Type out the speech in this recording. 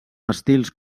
estils